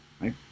Right